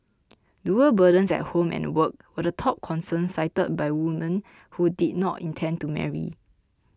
dual burdens at home and work were the top concern cited by woman who did not intend to marry